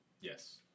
Yes